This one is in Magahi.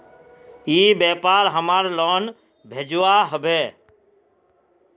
ई व्यापार हमार लोन भेजुआ हभे?